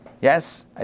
Yes